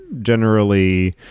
generally,